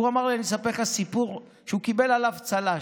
אני אספר לך סיפור שהוא קיבל עליו צל"ש.